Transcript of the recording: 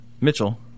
Mitchell